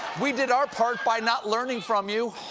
we did our part by not learning from you.